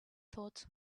thought